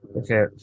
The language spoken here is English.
Okay